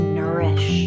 nourish